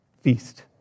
feast